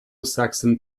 saxon